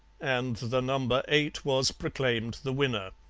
and the number eight was proclaimed the winner.